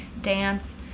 dance